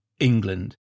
England